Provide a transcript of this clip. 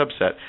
subset